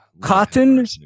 cotton